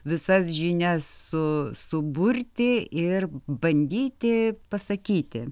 visas žinias su suburti ir bandyti pasakyti